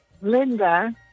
Linda